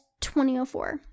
2004